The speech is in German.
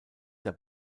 der